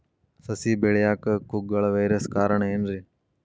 ಸಸಿ ಬೆಳೆಯಾಕ ಕುಗ್ಗಳ ವೈರಸ್ ಕಾರಣ ಏನ್ರಿ?